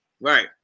Right